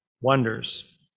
wonders